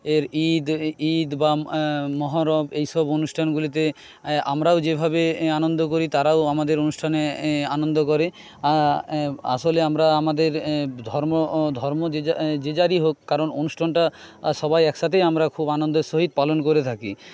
এর ঈদ ঈদ বা মহরম এই সব অনুষ্ঠানগুলিতে আমরাও যেভাবে আনন্দ করি তারাও আমাদের অনুষ্ঠানে আনন্দ করে আসলে আমরা আমাদের ধর্ম ধর্ম যে যারই হোক কারণ অনুষ্ঠানটা সবাই এক সাথেই আমরা খুব আনন্দের সহিত পালন করে থাকি